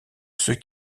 ceux